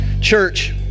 Church